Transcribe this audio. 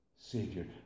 Savior